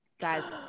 guys